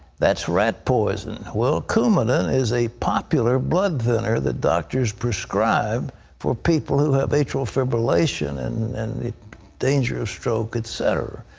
that's rat poison. well, coumadin is a popular blood thinner that doctors prescribe for people who have atrial fibulation and and danger of stroke, etc.